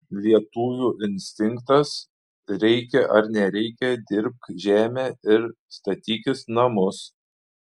lietuvių instinktas reikia ar nereikia dirbk žemę ir statykis namus